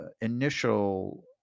initial